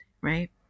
right